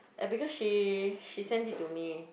uh because she she send it to me